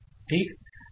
ठीक